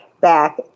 back